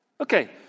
Okay